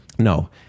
No